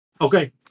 Okay